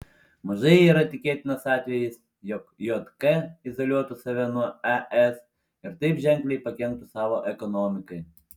mažai yra tikėtinas atvejis jog jk izoliuotų save nuo es ir taip ženkliai pakenktų savo ekonomikai